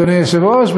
אדוני היושב-ראש,